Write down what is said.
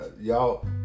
Y'all